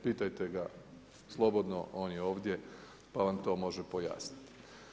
Pitajte ga slobodno, on je ovdje pa vam to može pojasniti.